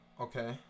Okay